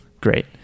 Great